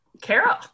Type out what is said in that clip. Carol